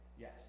Yes